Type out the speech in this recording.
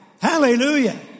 Hallelujah